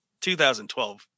2012